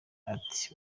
ati